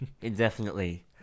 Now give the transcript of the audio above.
indefinitely